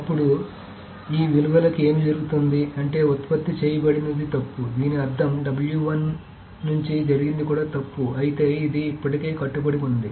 అప్పుడు ఈ విలువలు కి ఏమి జరుగుతుంది అంటే ఉత్పత్తి చేయబడినది తప్పు దీని అర్థం నుంచి జరిగింది కూడా తప్పుఅయితే ఇది ఇప్పటికే కట్టుబడి ఉంది